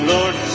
Lord